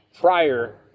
prior